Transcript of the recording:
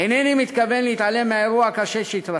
אינני מתכוון להתעלם מהאירוע הקשה שהתרחש.